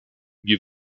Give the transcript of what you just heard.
wir